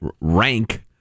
rank